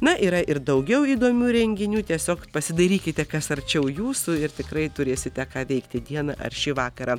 na yra ir daugiau įdomių renginių tiesiog pasidairykite kas arčiau jūsų ir tikrai turėsite ką veikti dieną ar šį vakarą